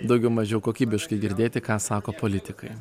daugiau mažiau kokybiškai girdėti ką sako politikai